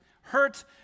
hurt